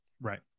Right